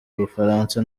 bufaransa